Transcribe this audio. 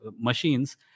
machines